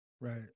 Right